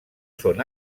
són